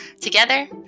Together